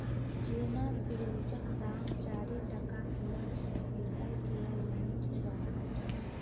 जेना पिओजक दाम चारि टका किलो छै एतय किलो युनिट छै